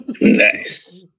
Nice